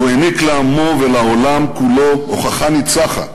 הוא העניק לעמו ולעולם כולו הוכחה ניצחת